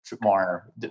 more